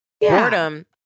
Boredom